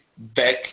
back